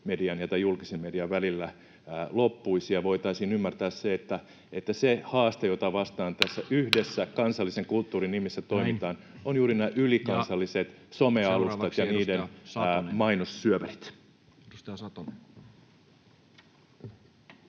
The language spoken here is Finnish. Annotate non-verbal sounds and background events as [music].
median ja julkisen median välillä loppuisi ja voitaisiin ymmärtää, että se haaste, jota vastaan [noise] tässä yhdessä kansallisen kulttuurin nimissä toimitaan, ovat juuri nämä ylikansalliset some-alustat ja niiden mainossyöverit.